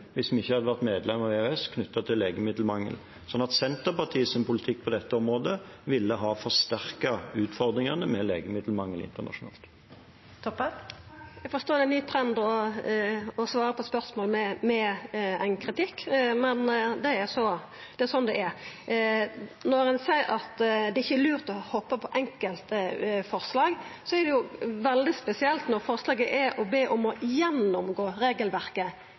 hvis vi ikke hadde vært medlem. Senterpartiets politikk på dette området ville ha forsterket utfordringene med legemiddelmangel internasjonalt. Eg forstår at det er ein ny trend å svara på spørsmål med kritikk, men det er slik det er. Når ein seier at det ikkje er lurt å hoppa på enkeltforslag, er det veldig spesielt når forslaget går ut på å gjennomgå regelverket.